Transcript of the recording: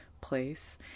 place